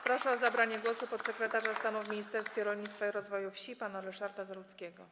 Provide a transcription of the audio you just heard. Proszę o zabranie głosu podsekretarza stanu w Ministerstwie Rolnictwa i Rozwoju Wsi pana Ryszarda Zarudzkiego.